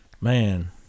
Man